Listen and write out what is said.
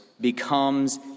becomes